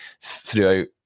throughout